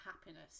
happiness